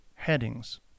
headings